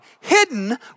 hidden